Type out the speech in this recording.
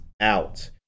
out